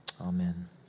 Amen